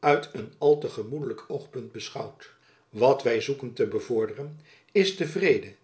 uit een al te gemoedelijk oogpunt beschouwt wat wy zoeken te bevorderen is de vrede